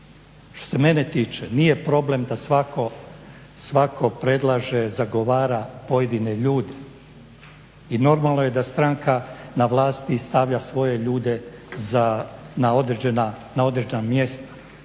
Što se mene tiče nije problem da svatko predlaže, zagovara pojedine ljude i normalno je stranka na vlasti stavlja svoje ljude na određena mjesta,